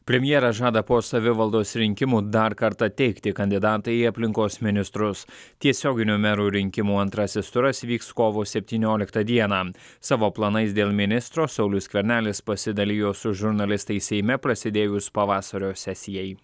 premjeras žada po savivaldos rinkimų dar kartą teikti kandidatą į aplinkos ministrus tiesioginių merų rinkimų antrasis turas vyks kovo septynioliktą dieną savo planais dėl ministro saulius skvernelis pasidalijo su žurnalistais seime prasidėjus pavasario sesijai